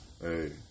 Hey